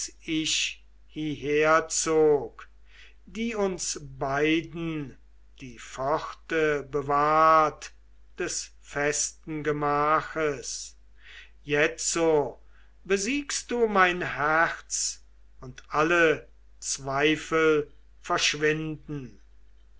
ich hieher zog die uns beiden die pforte bewahrt des festen gemaches jetzo besiegst du mein herz und alle zweifel verschwinden